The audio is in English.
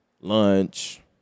lunch